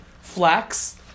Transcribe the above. flax